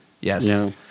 Yes